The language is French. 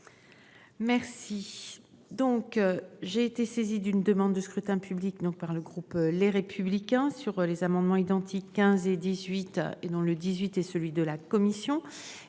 Merci. Donc j'ai été saisi d'une demande de scrutin public donc par le groupe Les Républicains sur les amendements identiques, 15 et 18 et dont le 18 et celui de la commission